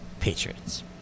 Patriots